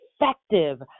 effective